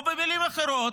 או במילים אחרות,